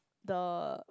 the